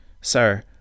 Sir